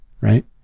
right